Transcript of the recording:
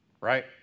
right